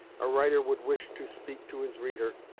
a writer would wish to speak to his reader,